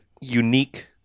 unique